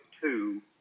two